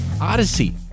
odyssey